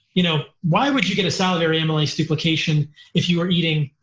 you know why would you get a salivary amylase duplication if you are eating.